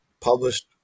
published